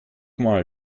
mal